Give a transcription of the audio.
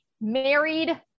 married